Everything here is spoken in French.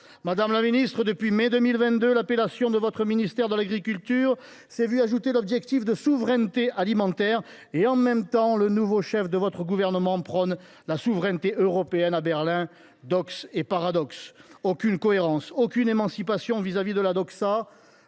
Madame la ministre, depuis mai 2022, l’intitulé du ministère de l’agriculture s’est vu adjoindre l’objectif de « souveraineté alimentaire ». En même temps, le nouveau chef du Gouvernement prône la souveraineté européenne à Berlin. Doxa et paradoxe : aucune cohérence, aucune émancipation à l’égard de la !